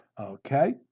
Okay